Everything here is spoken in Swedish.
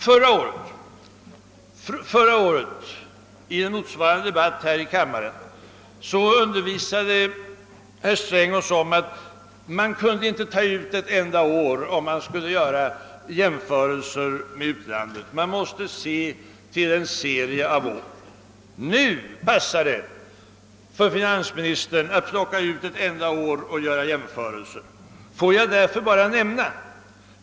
Vid förra årets remissdebatt undervisade herr Sträng oss om att man inte bara kunde välja ut ett visst år när man ville göra jämförelser med utlandet, utan man måste se på en serie av år. Nu passar det emellertid finansministern att plocka ut ett enda år och göra jämförelser.